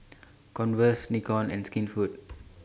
Converse Nikon and Skinfood